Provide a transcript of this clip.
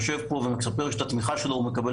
יושב פה ומספר שאת התמיכה שלו הוא מקבל